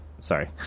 sorry